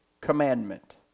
commandment